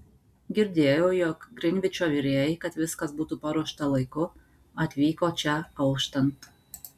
girdėjau jog grinvičo virėjai kad viskas būtų paruošta laiku atvyko čia auštant